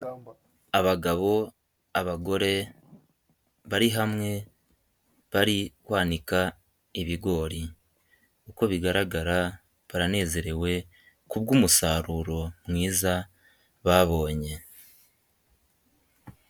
Abagabo abagore bari hamwe bari kwanika ibigori, uko bigaragara baranezerewe kubw'umusaruro mwiza babonye.